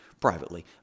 privately